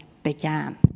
began